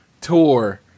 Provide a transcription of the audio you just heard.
tour